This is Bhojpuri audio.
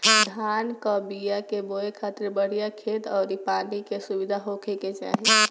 धान कअ बिया के बोए खातिर बढ़िया खेत अउरी पानी के सुविधा होखे के चाही